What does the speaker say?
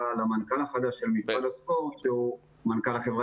למנכ"ל החדש של משרד הספורט שהוא מנכ"ל החברה